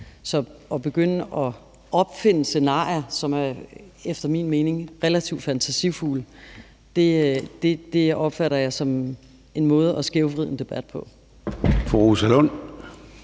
Så at begynde at opfinde scenarier, som efter min mening er relativt fantasifulde, opfatter jeg som en måde at skævvride en debat på. Kl.